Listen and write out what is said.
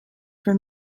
for